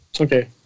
Okay